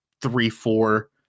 three-four